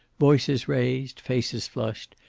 voices raised, faces flushed,